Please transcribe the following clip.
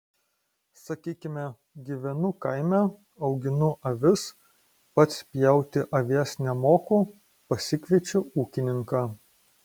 sakykime gyvenu kaime auginu avis pats pjauti avies nemoku pasikviečiu ūkininką